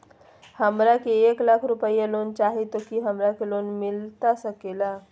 हमरा के एक लाख रुपए लोन चाही तो की हमरा के लोन मिलता सकेला?